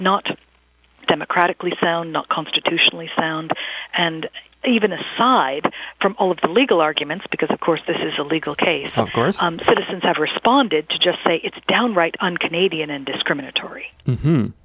not democratically cell not constitutionally sound and even aside from all of the legal arguments because of course this is a legal case of course citizens have responded to just say it's down right on canadian and discriminatory